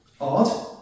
odd